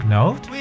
note